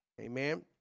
Amen